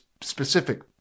specific